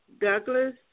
Douglas